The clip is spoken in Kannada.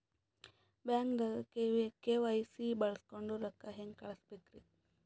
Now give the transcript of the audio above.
ಬ್ಯಾಂಕ್ದಾಗ ಕೆ.ವೈ.ಸಿ ಬಳಸ್ಕೊಂಡ್ ರೊಕ್ಕ ಹೆಂಗ್ ಕಳಸ್ ಬೇಕ್ರಿ?